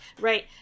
right